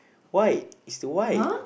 why is the white